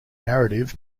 narrative